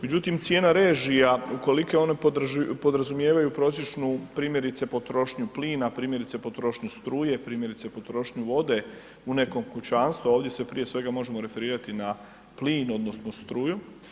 Međutim, cijena režija ukoliko one podrazumijevaju prosječnu primjerice potrošnju plina, primjerice potrošnju struje, primjerice potrošnju vode u nekom kućanstvu, a ovdje se prije svega možemo referirati na plin odnosno struju.